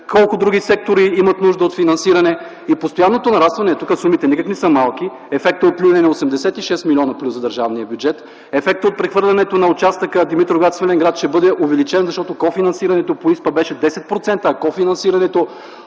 колко други сектори имат нужда от финансиране. И постоянното нарастване – тук сумите никак не са малки, ефектът от „Люлин” е 86 милиона плюс за държавния бюджет, ефектът от прехвърлянето на участъка Димитровград –Свиленград ще бъде увеличен, защото кофинансирането по ИСПА беше 10%, а кофинансирането